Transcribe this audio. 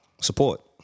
Support